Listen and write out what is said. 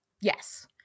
yes